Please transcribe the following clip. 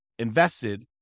invested